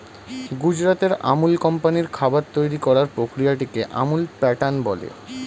গুজরাটের আমুল কোম্পানির খাবার তৈরি করার প্রক্রিয়াটিকে আমুল প্যাটার্ন বলে